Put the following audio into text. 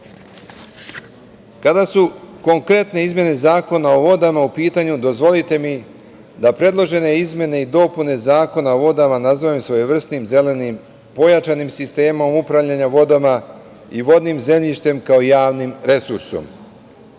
su konkretne izmene Zakona o vodama u pitanju, dozvolite mi da predložene izmene i dopune Zakona o vodama nazovem svojevrsnim zelenim, pojačanim sistemom upravljanja vodama i vodnim zemljištem, kao javnim resursom.